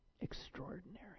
Extraordinary